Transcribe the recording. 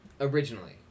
originally